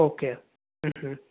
okay ಹ್ಞೂ ಹ್ಞೂ